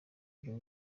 ibyo